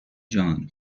جان